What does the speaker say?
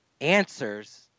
answers